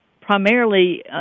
primarily